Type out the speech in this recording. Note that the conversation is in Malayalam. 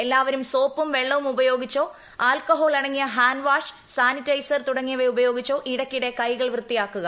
എല്ലാവരും സോപ്പും വെള്ളവുമുപയോഗിച്ചോ ആൾക്കഹോൾ അടങ്ങിയ ഹാൻഡ് വാഷ് സാനിസൈറ്റർ തുടങ്ങിയവ ഉപയോഗിച്ചോ ഇടയ്ക്കിടെ കൈകൾ വൃത്തിയാക്കുക